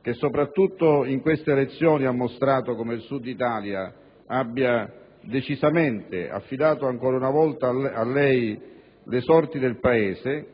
che, soprattutto in queste elezioni, ha mostrato come il Sud Italia abbia decisamente affidato ancora una volta a lei le sorti del Paese